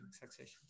succession